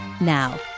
Now